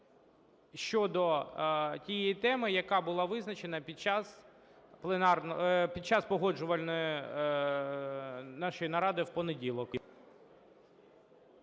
щодо тієї теми, яка була визначена під час Погоджувальної нашої наради в понеділок.